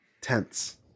tense